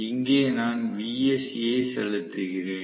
இங்கே நான் Vsc ஐ செலுத்துகிறேன்